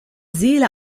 seele